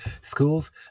schools